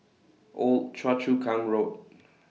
Old Choa Chu Kang Road